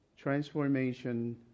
transformation